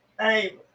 Hey